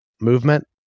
movement